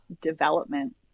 development